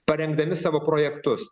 parengdami savo projektus